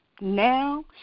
Now